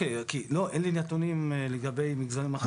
אין לי נתונים לגבי מגזרים אחרים.